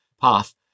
path